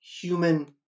human